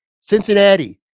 Cincinnati